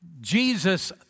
Jesus